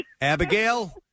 Abigail